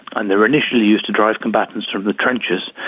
and initially used to drive combatants from the trenches,